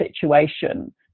situation